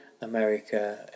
America